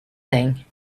thing